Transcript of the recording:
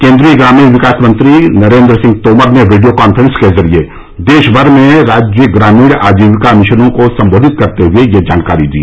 केन्द्रीय ग्रामीण विकास मंत्री नरेन्द्र सिंह तोमर ने वीडियो कांफ्रेंस के जरिए देशभर में राज्य ग्रामीण आजीविका मिशनों को संबोधित करते हुए यह जानकारी दी